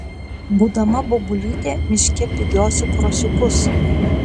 būdama bobulyte miške bėgiosiu krosiukus